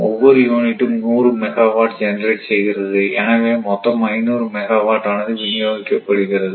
ஒவ்வொரு யூனிட்டும் 100 megawatt generate செய்கிறது எனவே மொத்தம் 500 மெகாவாட் ஆனது விநியோகிக்கப்படுகிறது